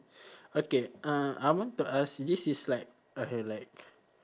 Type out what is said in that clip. okay uh I want to ask this is like okay like